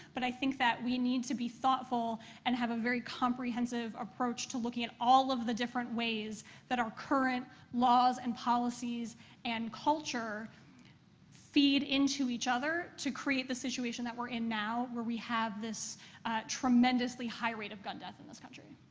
but i think that we need to be thoughtful and have a very comprehensive approach to looking at all of the different ways that our current laws and policies and culture feed into each other to create the situation that we're in now where we have this tremendously high rate of gun death in this country.